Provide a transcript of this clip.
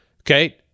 Okay